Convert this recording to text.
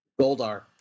Goldar